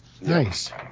Nice